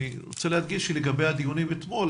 אני רוצה להדגיש שלגבי הדיונים אתמול,